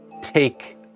take